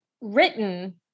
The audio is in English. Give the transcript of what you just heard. written